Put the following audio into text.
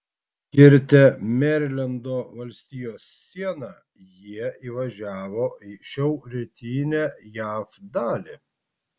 kirtę merilendo valstijos sieną jie įvažiavo į šiaurrytinę jav dalį